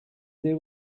there